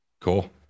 cool